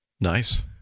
nice